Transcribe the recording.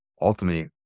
ultimately